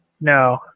No